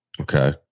Okay